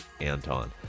Anton